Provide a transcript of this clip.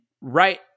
right